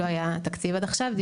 לא היה תקציב עד עכשיו.